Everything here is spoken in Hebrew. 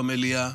במליאה,